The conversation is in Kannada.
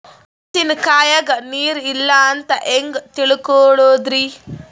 ಮೆಣಸಿನಕಾಯಗ ನೀರ್ ಇಲ್ಲ ಅಂತ ಹೆಂಗ್ ತಿಳಕೋಳದರಿ?